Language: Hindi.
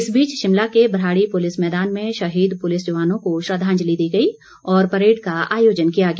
इस बीच शिमला के भराड़ी पुलिस मैदान में शहीद पूलिस जवानों को श्रद्वांजलि दी गई और परेड का आयोजन किया गया